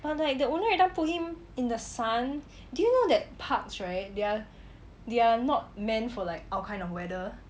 but like the owner everytime put him in the sun do you know that pups right they are not meant for like our kind of weather